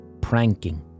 pranking